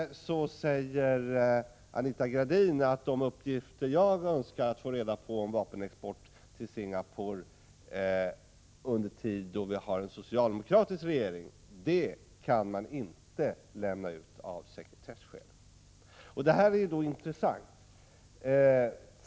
Nu säger Anita Gradin att man av sekretesskäl inte kan lämna ut de uppgifter som jag vill ha om vapenexporten till Singapore under den nuvarande socialdemokratiska regeringens tid. Detta är intressant.